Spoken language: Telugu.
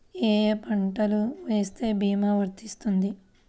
ఏ ఏ పంటలు వేస్తే భీమా వర్తిస్తుంది?